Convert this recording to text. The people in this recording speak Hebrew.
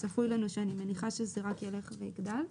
שאני מניחה שזה רק ילך ויגדל.